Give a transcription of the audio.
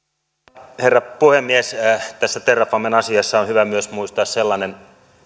arvoisa herra puhemies tässä terrafamen asiassa on hyvä myös muistaa sellainen